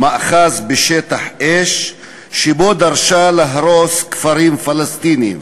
מאחז בשטח אש שבו דרשה להרוס כפרים פלסטיניים.